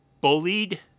bullied